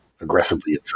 aggressively